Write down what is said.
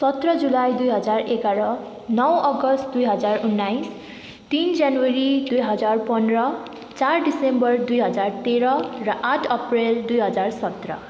सत्र जुलाई दुई हजार एघार नौ अगस्त दुई हजार उन्नाइस तिन जनवरी दुई हजार पन्ध्र चार दिसम्बर दुई हजार तेह्र र आठ अप्रेल दुई हजार सत्र